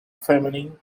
feminine